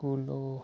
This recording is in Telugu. స్కూల్లో